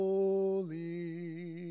Holy